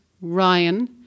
Ryan